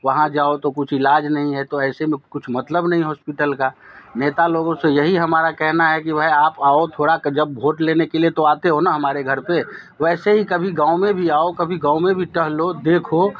वहाँ जाओ तो कुछ इलाज नहीं है तो ऐसे में कुछ मतलब नहीं हॉस्पिटल का नेता लोगों से यही हमारा कहना है कि वह आप आओ थोड़ा जब भोट लेने के लिए तो आते हो ना हमारे घर पर वैसे ही कभी गाँव में भी आओ कभी गाँव में भी टहलो देखो